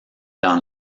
dans